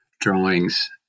drawings